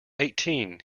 eighteen